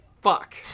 fuck